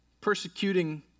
persecuting